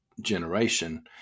generation